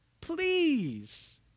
please